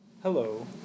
Hello